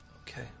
Okay